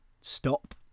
stop